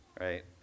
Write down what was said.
right